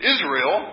Israel